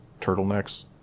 turtlenecks